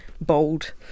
bold